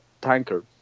tanker